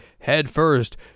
headfirst